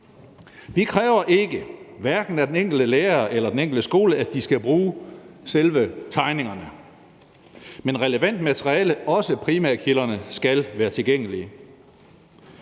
Vi kræver ikke, hverken af den enkelte lærer eller af den enkelte skole, at de skal bruge selve tegningerne, men relevant materiale, også primærkilderne, skal være tilgængeligt.